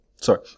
Sorry